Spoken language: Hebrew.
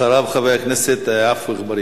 אחריו, חבר הכנסת עפו אגבאריה.